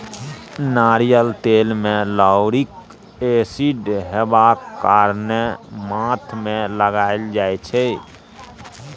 नारियल तेल मे लाउरिक एसिड हेबाक कारणेँ माथ मे लगाएल जाइ छै